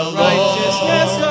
righteousness